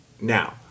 Now